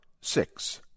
six